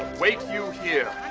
wait you here.